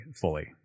fully